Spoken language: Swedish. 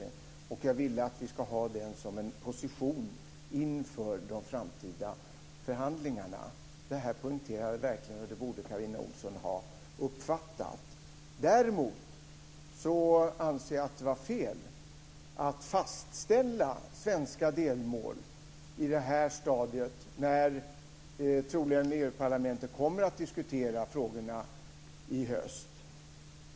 Jag sade att jag vill att vi ska ha den som en position inför de framtida förhandlingarna. Detta poängterade jag verkligen, och det borde Carina Ohlsson ha uppfattat. Däremot anser jag att det var fel att fastställa svenska delmål på det här stadiet. Troligen kommer ju Europaparlamentet att diskutera de här frågorna i höst.